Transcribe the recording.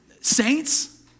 saints